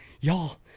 y'all